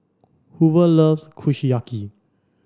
Hoover loves Kushiyaki